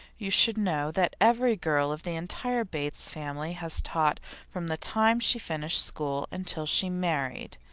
you should know that every girl of the entire bates family has taught from the time she finished school until she married.